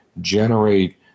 generate